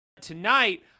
Tonight